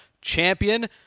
champion